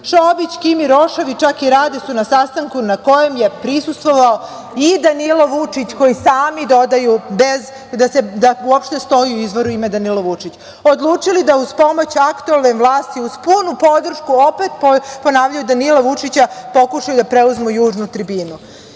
Šobić, Kimi, Rošavi, čak i Rade, su na sastanku na kojem je prisustvovao i Danilo Vučić koji, sami dodaju, bez da uopšte stoji u izvoru Danilo Vučić, odlučili da uz pomoć aktuelne vlasti, uz punu podršku, opet ponavljaju – Danila Vučića, pokušaju da preuzmu južnu tribinu“.Molim